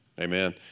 Amen